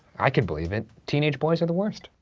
i could believe it. teenage boys are the worst.